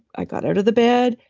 i got out of the bed,